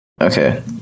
okay